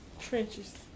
trenches